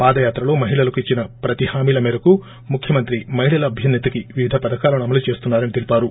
పాదయాత్రలో మహిళలకు ఇచ్చిన ప్రతి హామీల మేరకు ముఖ్యమంత్రి మహిళల అభ్యున్నతికి వివిధ పథకాలను అమలు చేస్తున్నారని తెలిపారు